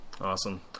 Awesome